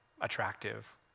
attractive